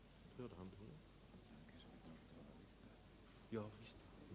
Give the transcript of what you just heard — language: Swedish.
till protokollet få antecknat att han inte ägde rätt till ytterligare replik.